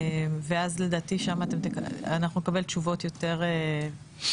ואז לדעתי שם אנחנו נקבל תשובות יותר פשוטות.